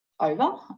Over